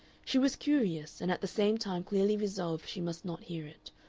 she was curious, and at the same time clearly resolved she must not hear it.